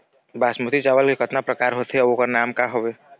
बासमती चावल के कतना प्रकार होथे अउ ओकर नाम क हवे?